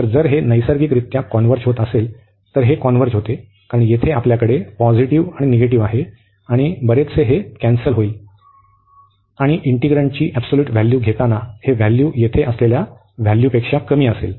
तर जर हे नैसर्गिकरित्या कॉन्व्हर्ज होते तर हे कॉन्व्हर्ज होते कारण येथे आपल्याकडे पॉझिटिव्ह निगेटिव्ह आहे आणि बरेचसे हे कॅन्सलेशन येईल आणि इंटिग्रन्टची एबसोल्यूट व्हॅल्यू घेताना हे व्हॅल्यू येथे असलेल्या व्हॅल्यूपेक्षा कमी असेल